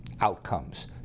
outcomes